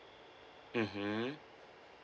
mmhmm